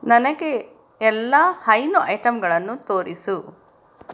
ನನಗೆ ಎಲ್ಲ ಹೈನು ಐಟಮ್ಗಳನ್ನು ತೋರಿಸು